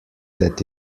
that